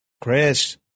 Chris